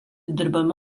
dirbami